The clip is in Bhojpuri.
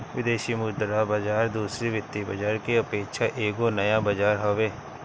विदेशी मुद्रा बाजार दूसरी वित्तीय बाजार के अपेक्षा एगो नया बाजार हवे